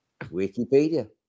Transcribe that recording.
Wikipedia